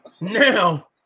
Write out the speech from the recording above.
now